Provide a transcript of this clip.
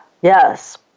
Yes